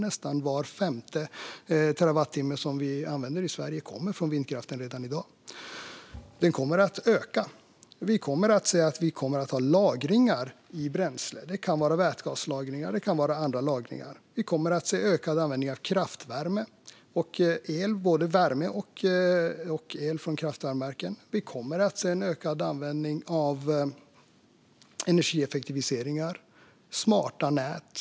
Nästan var femte terawattimme som används i Sverige kommer redan i dag från vindkraften, det vill säga vindkraften kommer att öka. Det kommer att vara lagringar i bränsle. Det kan vara vätgaslagringar, och det kan vara andra lagringar. Vi kommer att se en ökad användning av både värme och el från kraftvärmeverken. Vi kommer att se en ökad användning av energieffektiviseringar och smarta nät.